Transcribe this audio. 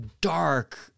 dark